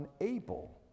unable